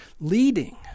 leading